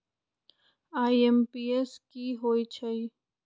IMPS की होईछइ?